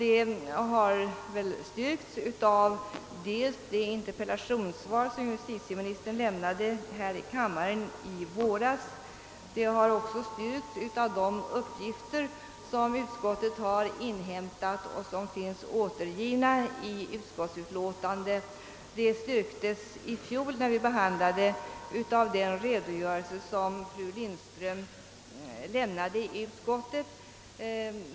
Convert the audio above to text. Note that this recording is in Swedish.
Det har styrkts dels av det interpellationssvar som justitieministern lämnade här i kammaren i våras, dels av de uppgifter som utskottet har inhämtat och som finns återgivna i <utskottsutlåtandet. Det styrktes också i fjol av den redogörelse som fru Lindström lämnade i utskottet.